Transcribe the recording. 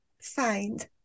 find